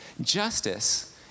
Justice